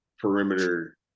perimeter